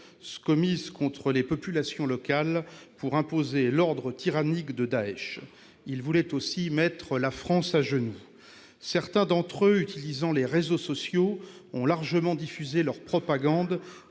exactions contre les populations locales pour imposer l'ordre tyrannique de Daech. Ils voulaient aussi mettre la France à genoux. Certains d'entre eux, utilisant les réseaux sociaux, ont largement diffusé leur propagande